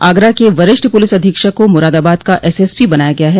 आगरा के वरिष्ठ पुलिस अधीक्षक को मुरादाबाद का एसएसपी बनाया गया है